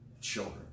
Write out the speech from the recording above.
children